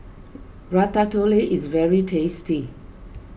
Ratatouille is very tasty